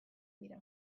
dira